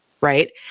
right